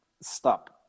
stop